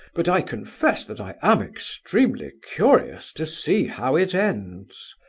but i confess that i am extremely curious to see how it ends.